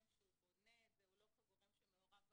שהוא בונה והוא לא כגורם שמעורב במכרזים.